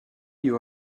you